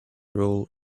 rule